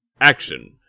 Action